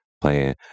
playing